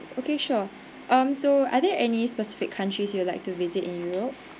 okay sure um so are there any specific countries you would like to visit in europe